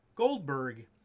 Goldberg